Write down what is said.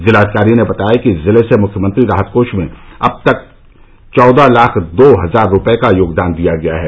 जिलाधिकारी ने बताया कि जिले से मुख्यमंत्री राहत कोष में अब तक चौदह लाख दो हजार रूपये का योगदान दिया गया है